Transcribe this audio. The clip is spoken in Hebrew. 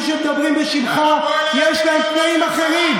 חבר הכנסת סמוטריץ',